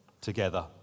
together